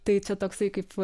tai čia toksai kaip